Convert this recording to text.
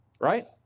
right